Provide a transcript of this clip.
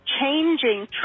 changing